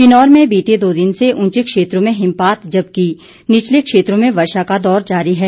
किन्नौर में बीते दो दिन से ऊंचे क्षेत्रों में हिमपात जबकि निचले क्षेत्रों में वर्षा का दौर जारी है